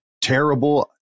terrible